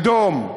אדום,